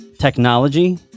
technology